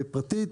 פרטית.